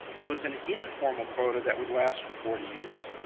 it was an informal quota that would last for forty years.